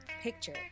Picture